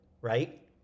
right